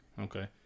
okay